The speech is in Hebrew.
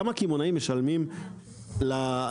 גם הקמעונאים משלמים למגדלים,